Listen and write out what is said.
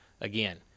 Again